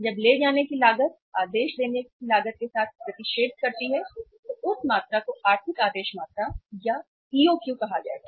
जब ले जाने की लागत आदेश देने की लागत के साथ प्रतिच्छेद करती है तो उस मात्रा को आर्थिक आदेश मात्रा कहा जाएगा